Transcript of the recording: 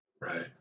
Right